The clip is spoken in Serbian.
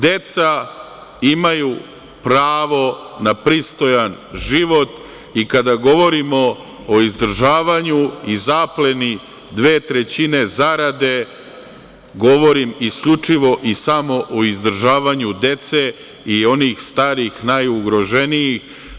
Deca imaju pravo na pristojan život i kada govorimo o izdržavanju i zapleni dve trećine zarade, govorim isključivo i samo o izdržavanju dece i onih starih, najugroženijih.